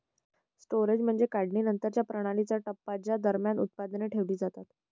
storage म्हणजे काढणीनंतरच्या प्रणालीचा टप्पा ज्या दरम्यान उत्पादने ठेवली जातात